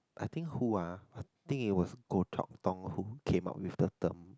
I think who ah I think it was Goh-Chok-Tong who came up with the term